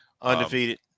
Undefeated